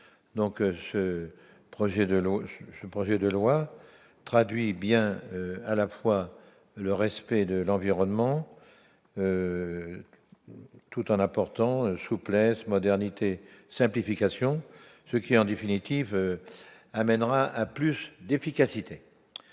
je le projet de loi traduit bien à la fois le respect de l'environnement tout en apportant souplesse modernité simplification, ce qui en définitive amènera à plus d'efficacité